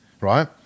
right